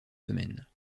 semaines